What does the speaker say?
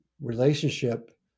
relationship